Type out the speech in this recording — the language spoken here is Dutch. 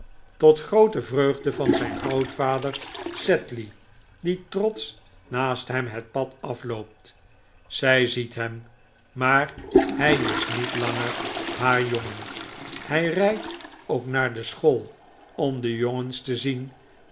tot groote vreugd van zijn grootvader sedley die trots naast hem het pad afloopt zij ziet hem maar hij is niet langer haar jongen hij rijdt ook naar de school om de jongens te zien